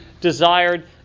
desired